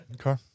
Okay